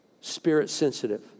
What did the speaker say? spirit-sensitive